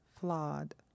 flawed